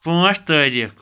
پانٛژھ تٲریٖخ